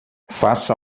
faça